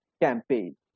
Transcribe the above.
campaign